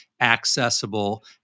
accessible